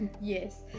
Yes